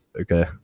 Okay